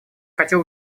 хотел